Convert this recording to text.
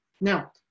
Now